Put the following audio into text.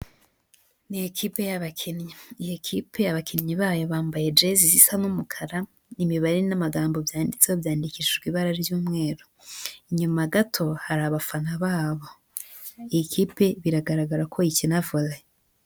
Ni ikipe y'abakinnyi, iyo kipe abakinnyi bayo bambaye jezi zisa n'umukara, imibare n'amagambo byanditseho byandikishijwe ibara ry'umweru. Inyuma gato, hari abafana babo, iyi kipe biragaragara ko ikina vore.